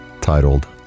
titled